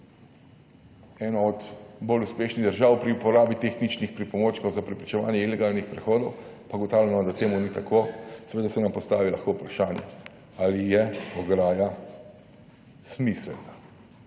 eno od bolj uspešnih držav pri uporabi tehničnih pripomočkov za preprečevanje ilegalnih prehodov, pa ugotavljamo, da to ni tako. Seveda se nam lahko postavi vprašanje, ali je ograja smiselna,